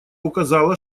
указала